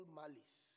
malice